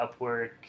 Upwork